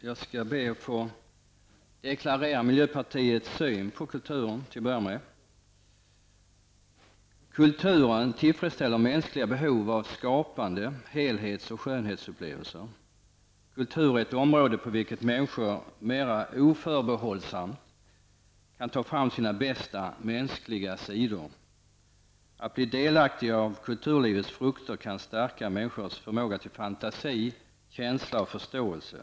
Herr talman! Jag skall be att få deklarera miljöpartiets syn på kulturen till att börja med. Kulturen tillfredsställer mänskliga behov av skapande, helhets och skönhetsupplevelser. Kultur är ett område på vilket människor mer oförbehållsamt kan ta fram sina bästa mänskliga sidor. Att bli delaktig av kulturlivets frukter kan stärka människors förmåga till fantasi, känsla och förståelse.